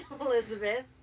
Elizabeth